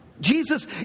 Jesus